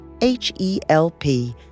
H-E-L-P